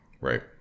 Right